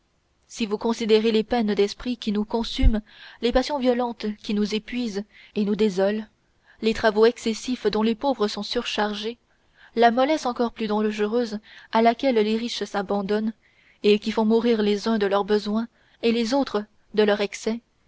si vous considérez les peines d'esprit qui nous consument les passions violentes qui nous épuisent et nous désolent les travaux excessifs dont les pauvres sont surchargés la mollesse encore plus dangereuse à laquelle les riches s'abandonnent et qui font mourir les uns de leurs besoins et les autres de leurs excès